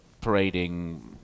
parading